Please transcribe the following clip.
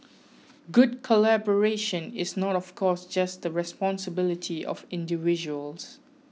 good collaboration is not of course just the responsibility of individuals